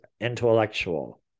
intellectual